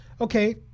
Okay